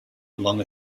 along